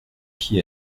qui